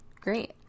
Great